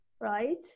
right